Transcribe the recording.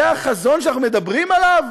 זה החזון שאנחנו מדברים עליו?